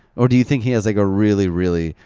or do you think he has, like, a really, really,